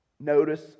Notice